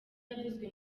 yavuzwe